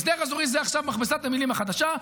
הסדר אזורי זה עכשיו מכבסת המילים החדשה,